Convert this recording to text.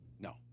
No